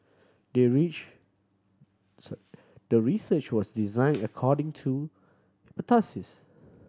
the reach the research was design according to